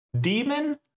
Demon